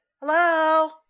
Hello